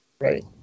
Right